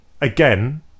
again